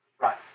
Right